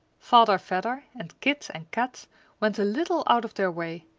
father vedder and kit and kat went a little out of their way,